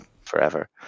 forever